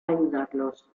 ayudarlos